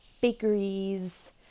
bakeries